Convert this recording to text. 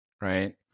right